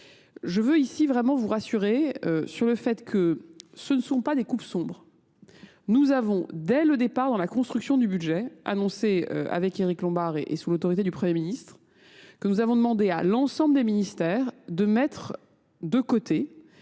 Je veux ici vraiment vous rassurer sur le fait que ce ne sont pas des coupes sombres. Nous avons dès le départ, dans la construction du budget, annoncé avec Éric Lombard et sous l'autorité du Premier ministre, que nous avons demandé à l'ensemble des ministères de mettre de côté